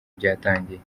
byatangiye